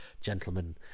gentlemen